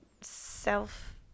self